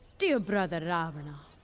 dear brother ravana,